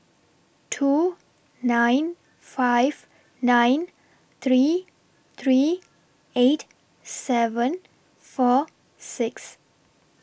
two nine five nine three three eight seven four six